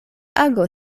ago